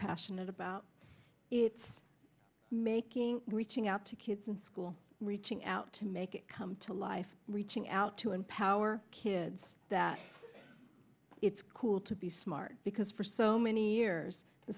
passionate about it's making reaching out to kids in school reaching out to make it come to life reaching out to empower kids that it's cool to be smart because for so many years the